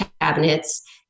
cabinets